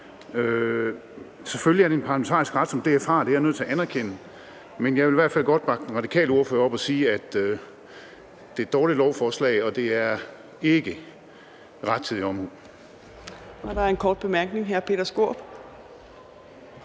Selvfølgelig er det en parlamentarisk ret, som DF har – det er jeg nødt til at anerkende – men jeg vil i hvert fald godt bakke den radikale ordfører op og sige, at det er et dårligt beslutningsforslag, og det er ikke rettidig omhu.